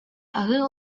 аһыы